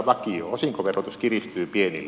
osinkoverotus kiristyy pienillä